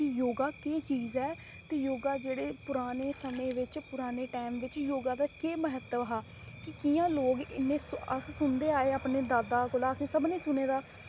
कि योग केह् चीज ऐ ते योग जेह्ड़ा पुराने पुराने समें बिच पुराने टैम बिच योग दा केह् मह्तब हा कि कि'यां लोक अस सुनदे आए अपने दादा कोला असें सभनें सुने दा